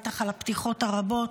בטח על הפתיחות הרבות.